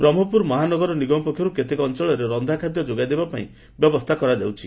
ବ୍ରହ୍ମପୁର ମହାନଗର ନିଗମ ପକ୍ଷରୁ କେତେକ ଅଞ୍ଞଳରେ ରକ୍ଷା ଖାଦ୍ୟ ଯୋଗାଇ ଦେବାପାଇଁ ବ୍ୟବସ୍ଥା କରାଯାଉଛି